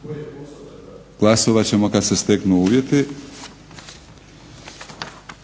Glasovat ćemo kad se steknu uvjeti.